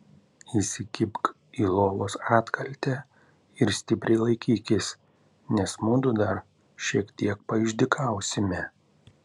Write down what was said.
įsikibk į lovos atkaltę ir stipriai laikykis nes mudu dar šiek tiek paišdykausime